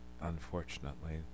Unfortunately